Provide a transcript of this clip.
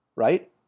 right